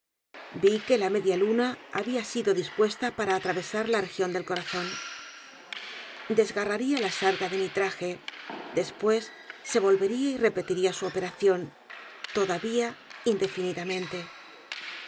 vi que la media luna había sido dispuesta p a r a atravesar la región del corazón desgarraría la s a r g a de mi traje después se volvería y repetiría su operación todavía indefinidamente